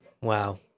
Wow